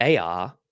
AR